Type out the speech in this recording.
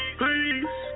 please